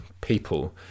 people